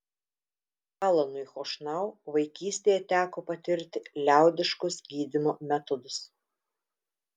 alanui chošnau vaikystėje teko patirti liaudiškus gydymo metodus